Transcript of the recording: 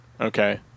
Okay